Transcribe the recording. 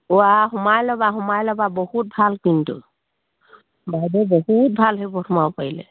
ও আ সোমাই ল'বা সোমাই ল'বা বহুত ভাল কিন্তু বাইদেউ বহুত ভাল সেইবোৰত সোমাব পাৰিলে